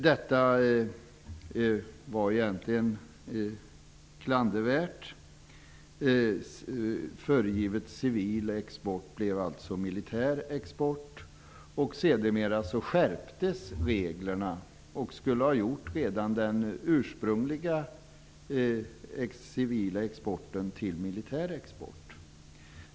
Detta var egentligen klandervärt. Föregiven civil export blev alltså militär export. Sedermera skärptes reglerna, vilket skulle ha gjort redan den ursprungliga civila exporten till militär export.